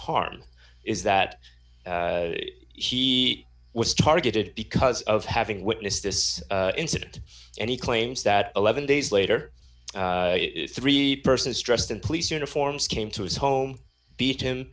harm is that he was targeted cause of having witnessed this incident and he claims that eleven days later three persons dressed in police uniforms came to his home beat him